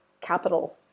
capital